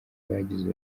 abagize